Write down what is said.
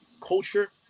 culture